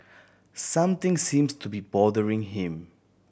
something seems to be bothering him